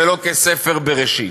ולא כספר בראשית.